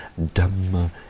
Dhamma